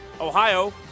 Ohio